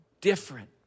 different